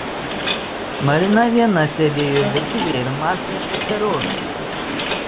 marina viena sėdėjo virtuvėje ir mąstė apie seriožą